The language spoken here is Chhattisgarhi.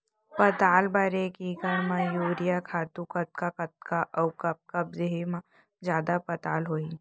पताल बर एक एकड़ म यूरिया खातू कतका कतका अऊ कब कब देहे म जादा पताल होही?